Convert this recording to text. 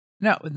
No